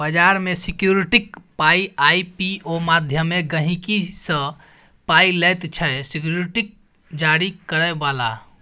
बजार मे सिक्युरिटीक पाइ आइ.पी.ओ माध्यमे गहिंकी सँ पाइ लैत छै सिक्युरिटी जारी करय बला